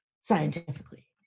scientifically